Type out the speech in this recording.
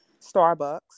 Starbucks